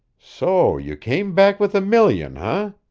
so you came back with a million, ah?